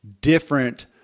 different